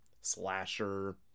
slasher